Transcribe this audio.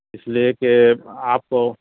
اس لیے کہ آپ کو